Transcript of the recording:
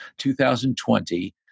2020